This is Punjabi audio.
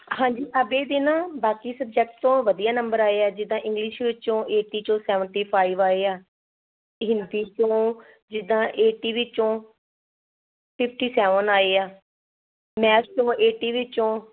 ਹਾਂਜੀ ਅਭੈ ਦੇ ਨਾ ਬਾਕੀ ਸਬਜੈਕਟ 'ਚੋਂ ਵਧੀਆ ਨੰਬਰ ਆਏ ਆ ਜਿੱਦਾਂ ਇੰਗਲਿਸ਼ ਵਿੱਚੋਂ ਏਟੀ 'ਚੋਂ ਸੈਵਨਟੀ ਫਾਈਵ ਆਏ ਆ ਹਿੰਦੀ ਤੋਂ ਜਿੱਦਾਂ ਏਟੀ ਵਿੱਚੋਂ ਫਿਫਟੀ ਸੈਵਨ ਆਏ ਆ ਮੈਥ 'ਚੋਂ ਏਟੀ ਵਿੱਚੋਂ